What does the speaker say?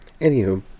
Anywho